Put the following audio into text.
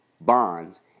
bonds